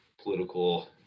political